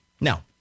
Now